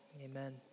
amen